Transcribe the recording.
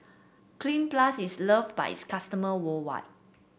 Cleanz Plus is loved by its customer worldwide